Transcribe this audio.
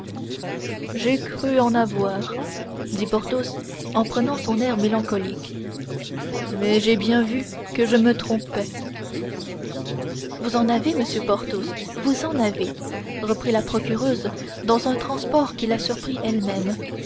j'ai cru en avoir dit porthos en prenant son air mélancolique mais j'ai bien vu que je me trompais vous en avez monsieur porthos vous en avez reprit la procureuse dans un transport qui la surprit elle-même